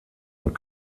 und